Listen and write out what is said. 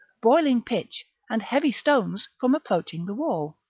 boiling pitch, and heavy stones, from approaching the wall.